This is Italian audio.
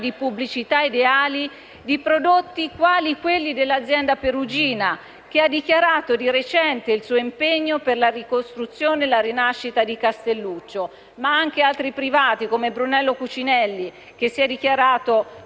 di pubblicità ideali di prodotti quali quelli dell'azienda Perugina, che di recente ha dichiarato il suo impegno per la ricostruzione e la rinascita di Castelluccio; ma vanno ricordati anche altri privati, come Brunello Cucinelli, che ha dichiarato